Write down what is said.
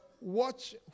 Watch